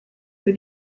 für